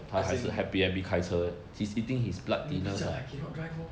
as in 你不是讲他 cannot drive lor